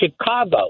Chicago